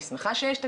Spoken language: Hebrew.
אני שמחה שיש תקציב.